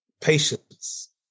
patience